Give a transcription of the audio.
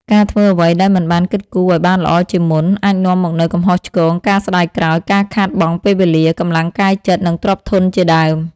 ការធ្វើអ្វីដោយមិនបានគិតគូរឱ្យបានល្អជាមុន អាចនាំមកនូវកំហុសឆ្គង ការស្តាយក្រោយ ការខាតបង់ពេលវេលា កម្លាំងកាយចិត្ត និងទ្រព្យធនជាដើម។